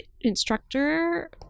Instructor